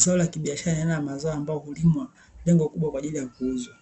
Zao la kibiashara ni aina ya mazao ambayo hulimwa lengo kubwa kwa ajili ya kuuzwa,